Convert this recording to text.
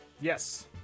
yes